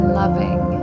loving